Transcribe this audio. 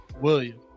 William